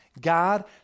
God